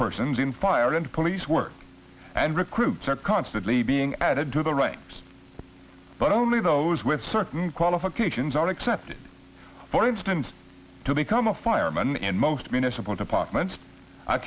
persons in fire and police work and recruits are constantly being added to the ranks but only those with certain qualifications are accepted for instance to become a fireman and most municipal departments i